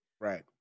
Right